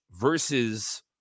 versus